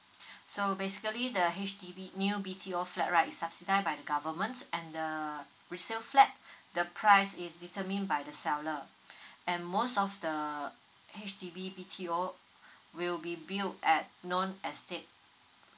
so basically the H_D_B new B_T_O flat right is subsidised by the government and the resale flat the price is determined by the seller and most of the H_D_B B_T_O will be built at non estate